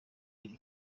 iri